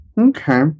Okay